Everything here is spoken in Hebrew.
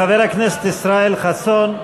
חבר הכנסת ישראל חסון.